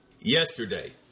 yesterday